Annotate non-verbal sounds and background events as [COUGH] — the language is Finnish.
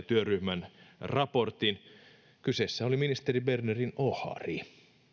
[UNINTELLIGIBLE] työryhmän raportin kyseessähän oli ministeri bernerin ohari